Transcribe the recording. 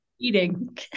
Eating